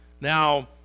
Now